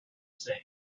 same